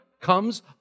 comes